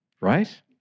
right